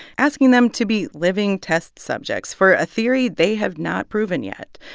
asking them to be living test subjects for a theory they have not proven yet,